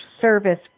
service